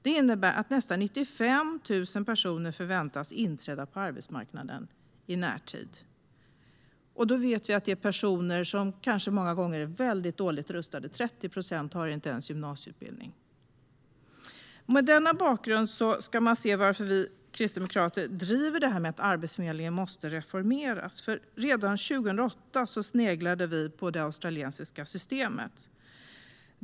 Det innebär att nästan 95 000 personer förväntas inträda på arbetsmarknaden i närtid. Vi vet att det är personer som kanske många gånger är väldigt dåligt rustade; 30 procent har inte ens gymnasieutbildning. Mot denna bakgrund driver vi kristdemokrater att Arbetsförmedlingen måste reformeras. Redan 2008 sneglade vi på det australiska systemet.